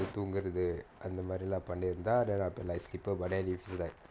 தூங்குறது அந்த மாரிலாம் பண்ணி இருந்தா:thoongurathu antha maarilam panni iruntha light sleeper but then you feel like